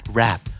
rap